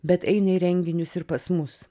bet eina į renginius ir pas mus